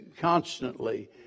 constantly